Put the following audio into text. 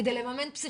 כדי לממן פסיכולוגים.